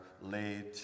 laid